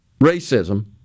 racism